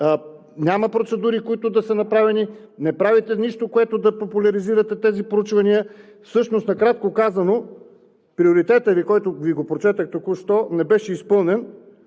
няма процедури, които да са направени, не правите нищо, с което да популяризирате тези проучвания. Всъщност накратко казано приоритетът, който Ви прочетох току-що, не беше изпълнен